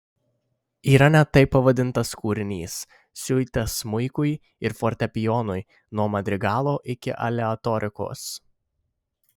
yra net taip pavadintas kūrinys siuita smuikui ir fortepijonui nuo madrigalo iki aleatorikos